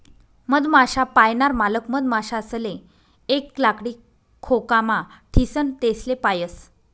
मधमाश्या पायनार मालक मधमाशासले एक लाकडी खोकामा ठीसन तेसले पायस